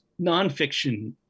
nonfiction